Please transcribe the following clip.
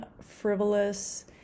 frivolous